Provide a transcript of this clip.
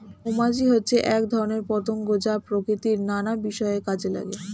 মৌমাছি হচ্ছে এক ধরনের পতঙ্গ যা প্রকৃতির নানা বিষয়ে কাজে লাগে